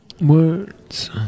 Words